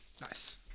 Nice